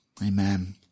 Amen